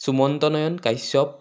Sumanta Nayan Kashyap